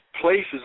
places